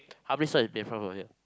how many stops is Bayfront from here